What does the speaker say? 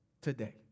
today